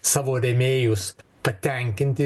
savo rėmėjus patenkinti